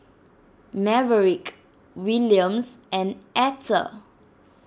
Maverick Williams and Etter